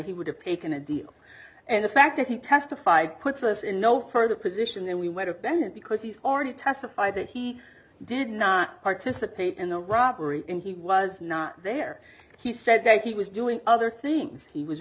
he would have taken a deal and the fact that he testified puts us in no further position then we went to bennett because these are to testify that he did not participate in the robbery and he was not there he said that he was doing other things he was